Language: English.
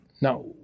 now